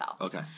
Okay